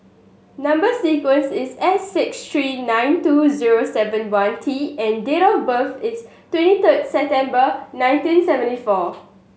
number sequence is S six three nine two zero seven one T and date of birth is twenty third September nineteen seventy four